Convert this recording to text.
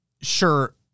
sure